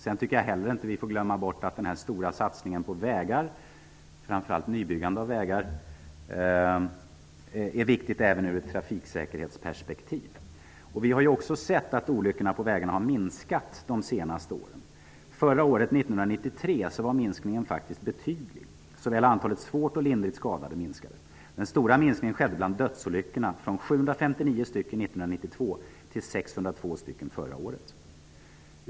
Man får inte heller glömma bort att den stora satsningen på framför allt nybyggande av vägar är viktig även ur trafiksäkerhetsperspektiv. Vi har också sett att olyckorna på vägarna har minskat under de senaste åren. 1993 var minskningen betydlig. Såväl antalet svårt som lindrigt skadade minskade. Den stora minskningen skedde i antalet dödsolyckor, vilka minskade från 759 år 1992 till 602 förra året.